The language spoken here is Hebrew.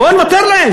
בואו נוותר להם,